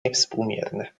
niewspółmierne